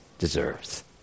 deserves